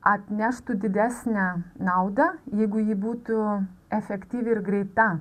atneštų didesnę naudą jeigu ji būtų efektyvi ir greita